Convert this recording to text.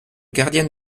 gardien